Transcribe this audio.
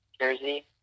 jersey